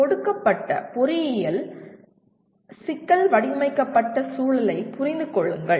கொடுக்கப்பட்ட பொறியியல் சிக்கல் வடிவமைக்கப்பட்ட சூழலைப் புரிந்து கொள்ளுங்கள்